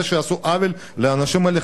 זה שעשו עוול לאנשים האלה,